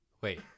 wait